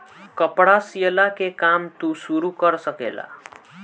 कपड़ा सियला के काम तू शुरू कर सकेला